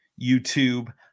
YouTube